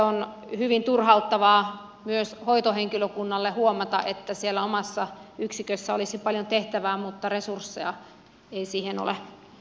on hyvin turhauttavaa myös hoitohenkilökunnalle huomata että siellä omassa yksikössä olisi paljon tehtävää mutta resursseja ei siihen ole